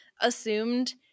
assumed